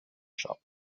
shop